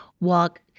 walk